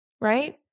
right